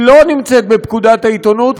היא לא נמצאת בפקודת העיתונות.